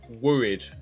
worried